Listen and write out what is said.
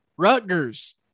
Rutgers